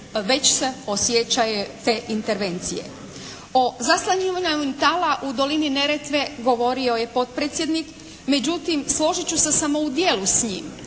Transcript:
već se osjećaju te intervencije. O … /Govornica se ne razumije./ … tala u dolini Neretve govorio je potpredsjednik međutim složit ću se samo u djelu s njim.